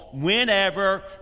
whenever